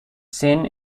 sin